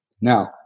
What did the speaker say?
Now